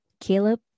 Caleb